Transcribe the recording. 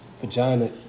vagina